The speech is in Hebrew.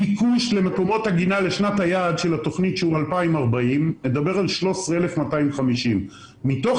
הביקוש למקומות עגינה לשנת היעד של התוכנית של 2040 מדבר על 13,250. מתך